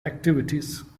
activities